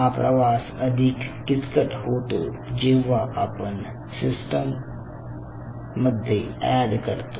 हा प्रवास अधिक किचकट होतो जेव्हा आपण सिस्टम मध्ये ऍड करतो